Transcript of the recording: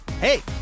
hey